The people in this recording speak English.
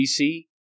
BC